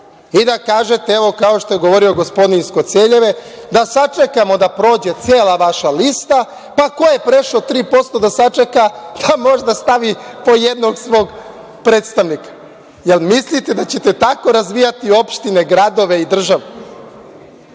i da kažete kao što je govorio gospodin iz Koceljeve, da sačekamo da prođe cela vaša lista, pa ko je prešao 3% da sačeka, možda stavi po jednog svog predstavnika. Jel mislite da ćete tako razvijati opštine, gradove i državu?